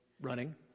running